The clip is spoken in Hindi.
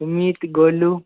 सुमित गोलू